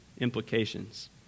implications